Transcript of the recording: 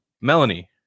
Melanie